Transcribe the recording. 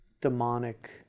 demonic